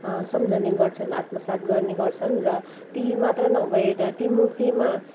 सम्झने गर्छन् आत्मसात गर्ने गर्छन् र ती मात्र नभएर ती मूर्तिमा